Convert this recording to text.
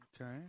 Okay